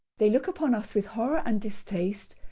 they look upon us with horror and distaste,